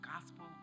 gospel